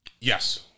Yes